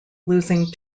losing